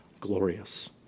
glorious